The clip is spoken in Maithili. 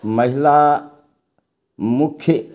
महिला मुख्य